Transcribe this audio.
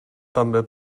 també